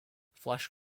flash